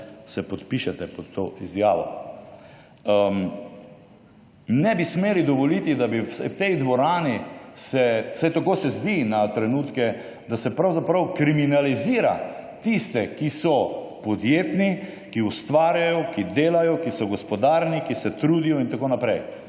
se podpišete pod to izjavo. Ne bi smeli dovoliti, da bi v tej dvorani, vsaj tako se zdi na trenutke, da se pravzaprav kriminalizira tiste, ki so podjetni, ki ustvarjajo, ki delajo, ki so gospodarni, ki se trudijo in tako naprej.